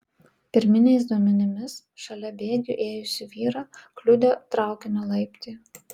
pirminiais duomenimis šalia bėgių ėjusį vyrą kliudė traukinio laiptai